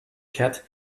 cat